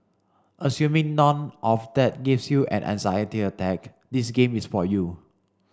assuming none of that gives you an anxiety attack this game is for you